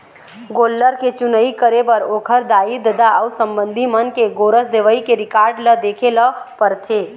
गोल्लर के चुनई करे बर ओखर दाई, ददा अउ संबंधी मन के गोरस देवई के रिकार्ड ल देखे ल परथे